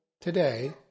today